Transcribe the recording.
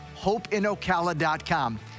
hopeinocala.com